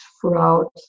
throughout